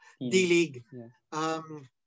D-League